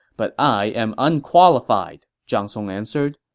but i am unqualified, zhang song answered.